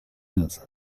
نزن